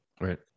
Right